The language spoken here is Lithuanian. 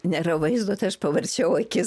nėra vaizdo tai aš pavarčiau akis